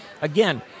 Again